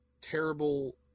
terrible